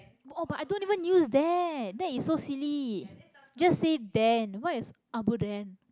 oh but i don't even use that that is so silly just say then what is abuden